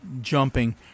jumping